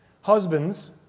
Husbands